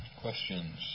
Questions